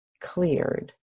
cleared